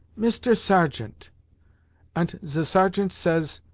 mister sergeant ant ze sergeant says,